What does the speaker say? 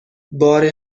بار